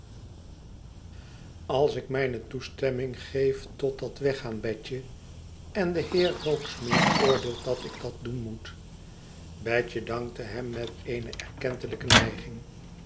als ik mijne toestemming geef tot dat weggaan betje en de heer rokesmith oordeelt dat ik dat doen moet betje dankte hem met eene erkentelijke nijging